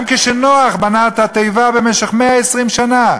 גם כשנח בנה את התיבה במשך 120 שנה,